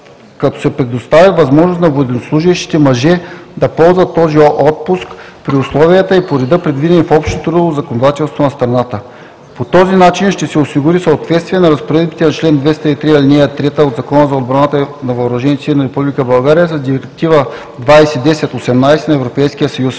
като се предостави възможност на военнослужещите мъже да ползват този отпуск при условията и по реда, предвидени в общото трудово законодателство в страната. По този начин ще се осигури съответствието на разпоредбата на чл. 203, ал. 3 от Закона за отбраната и въоръжените сили на Република България с Директива 2010/18/ЕС.